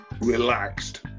relaxed